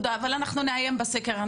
אנחנו נעיין בסקר,